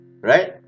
right